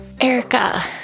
Erica